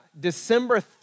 December